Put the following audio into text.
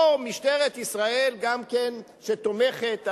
פה משטרת ישראל גם כן תומכת,